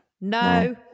no